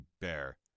bear